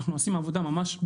אנחנו עושים עבודה ממש.